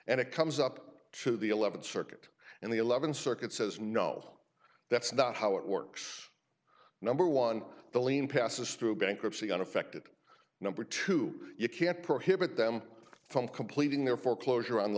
and it comes up to the eleventh circuit and the eleventh circuit says no that's not how it works number one the lien passes through bankruptcy uneffected number two you can't prohibit them from completing their foreclosure on the